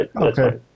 Okay